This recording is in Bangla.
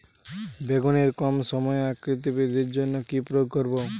বেগুনের কম সময়ে আকৃতি বৃদ্ধির জন্য কি প্রয়োগ করব?